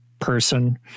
person